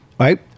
Right